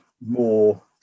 more